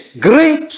great